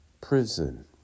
prison